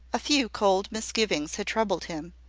a few cold misgivings had troubled him,